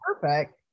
perfect